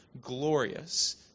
glorious